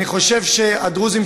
אני חושב שהדרוזים,